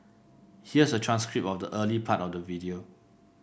here's a transcript of the early part of the video